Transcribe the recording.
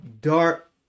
Dark